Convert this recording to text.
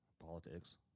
politics